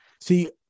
See